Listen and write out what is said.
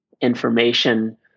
information